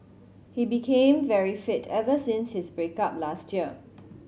he became very fit ever since his break up last year